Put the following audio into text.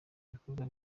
bikorwa